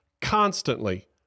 constantly